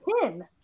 pin